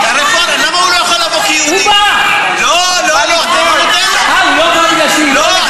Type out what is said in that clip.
אינו נוכח מיקי לוי,